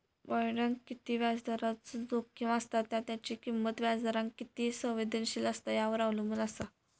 बॉण्डाक किती व्याजदराचो जोखीम असता त्या त्याची किंमत व्याजदराक किती संवेदनशील असता यावर अवलंबून असा